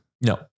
No